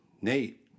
Nate